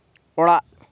ᱚᱲᱟᱜ